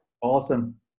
Awesome